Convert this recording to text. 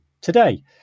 today